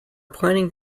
planning